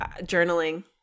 journaling